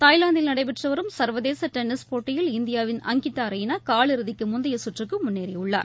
தாய்லாந்தில் நடைபெற்று வரும் சர்வதேச டென்னிஸ் போட்டியில் இந்தியாவின் அங்கிதா ரெய்னா காலிழுதிக்கு முந்தைய சுற்றுக்கு முன்னேறியுள்ளார்